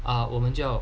ah 我们就要